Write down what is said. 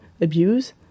abuse